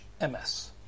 ms